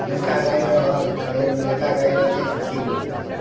नइका गाड़ी रहल नइका गाड़ी रहतै तऽ ठीक रहतै